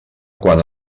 quan